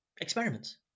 experiments